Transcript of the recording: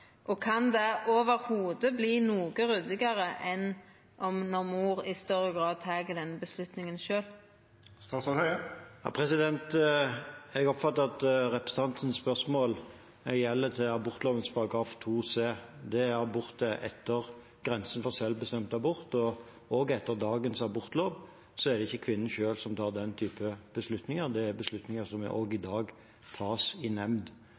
enn om mor i større grad tek den avgjerda sjølv. Jeg oppfatter at representantens spørsmål gjelder abortloven § 2c, om abort etter grensen for selvbestemt abort. Heller ikke etter dagens abortlov er det kvinnen selv som tar den type beslutninger, det er beslutninger som også i dag tas i nemnd.